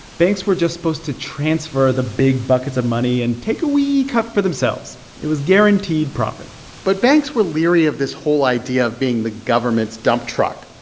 banks were just supposed to transfer the big buckets of money and take a wee cut for themselves. it was guaranteed profit but banks were leery of this whole idea of being the government's dump truck.